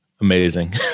Amazing